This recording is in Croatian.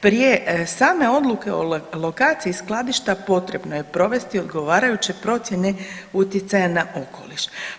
Prije same odluke o lokaciji skladišta potrebno je provesti odgovarajuće procjene utjecaja na okoliš.